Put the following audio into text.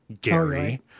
Gary